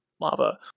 lava